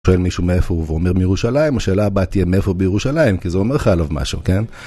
שואל מישהו מאיפה הוא ואומר מירושלים, השאלה הבאה תהיה מאיפה בירושלים, כי זה אומר ךף עליו משהו, כן?